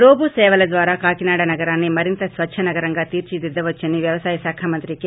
robo సేవల ద్వారా కాకినాడ నగరాన్ని మరింత స్వచ్చ నగరంగా తీర్చిదిద్దవచ్చని వ్యవసాయ శాఖ మంత్రి కె